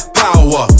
power